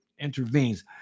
intervenes